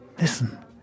Listen